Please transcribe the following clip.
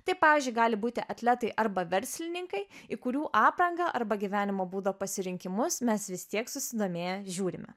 tai pavyzdžiui gali būti atletai arba verslininkai į kurių aprangą arba gyvenimo būdo pasirinkimus mes vis tiek susidomėję žiūrime